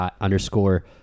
underscore